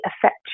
affect